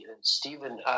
Stephen